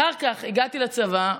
אחר כך הגעתי לצבא.